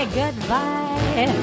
goodbye